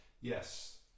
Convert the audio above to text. Yes